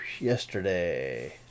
Yesterday